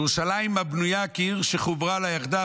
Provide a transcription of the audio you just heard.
ירושלים הבנויה כעיר שחוברה לה יחדיו,